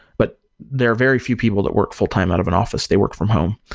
but there are very few people that work full-time out of an office. they work from home,